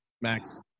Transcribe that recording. max